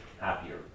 happier